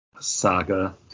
saga